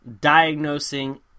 diagnosing